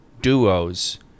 duos